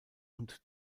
und